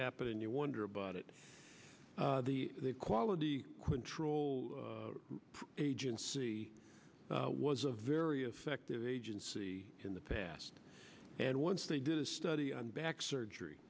happen and you wonder about it the quality control agency was a very effective agency in the past and once they did a study on back surgery